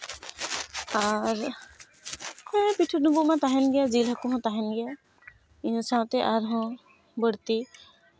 ᱟᱨ ᱦᱮᱸ ᱯᱤᱴᱷᱟᱹ ᱰᱩᱢᱵᱩᱜ ᱢᱟ ᱛᱟᱦᱮᱱ ᱜᱮᱭᱟ ᱡᱤᱞ ᱦᱟᱹᱠᱩ ᱦᱚᱸ ᱛᱟᱦᱮᱱ ᱜᱮᱭᱟ ᱡᱤᱞ ᱦᱟᱹᱠᱩ ᱦᱚᱸ ᱛᱟᱦᱮᱱ ᱜᱮᱭᱟ ᱤᱱᱟᱹ ᱥᱟᱶᱛᱮ ᱟᱨᱦᱚᱸ ᱵᱟᱹᱲᱛᱤ